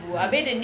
mm